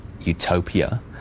utopia